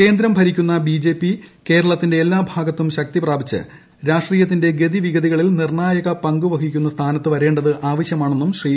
കേന്ദ്രം ഭരിക്കുന്ന ബിജെപി കേരളത്തിന്റെ എല്ലാ ഭാഗത്തും ശക്തി പ്രാപിച്ച് രാഷ്ട്രീയത്തിന്റെ ഗതിവിഗതികളിൽ നിർണായക പങ്ക് വഹിക്കുന്ന സ്ഥാനത്ത് വരേണ്ടത് ആവശ്യമാണെന്നും ശ്രീ